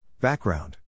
Background